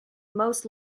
most